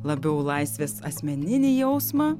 labiau laisvės asmeninį jausmą